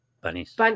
Bunnies